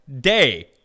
day